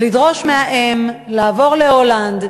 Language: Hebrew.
ולדרוש מהאם לעבור להולנד,